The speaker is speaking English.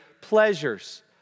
pleasures